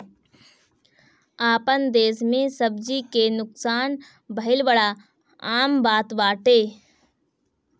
आपन देस में सब्जी के नुकसान भइल बड़ा आम बात बाटे